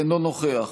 אינו נוכח